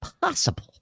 possible